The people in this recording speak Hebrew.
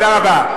קדאפי.